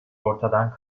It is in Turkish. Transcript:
ortadan